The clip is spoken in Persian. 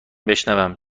بشنوم